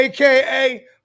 AKA